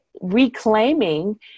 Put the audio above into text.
reclaiming